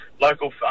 local